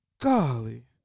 Golly